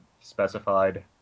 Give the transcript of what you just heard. specified